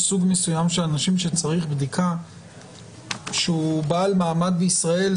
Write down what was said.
סוג מסוים של אנשים שצריך בדיקה שהוא בעל מעמד בישראל,